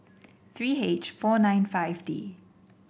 three H four nine five D